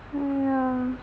ya